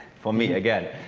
for me again.